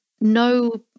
no